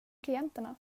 klienterna